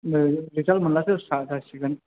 नै रिजाल्त मोनब्लासो स्रा जासिगोन